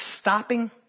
stopping